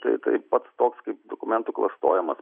tai tai pats toks kaip dokumentų klastojimas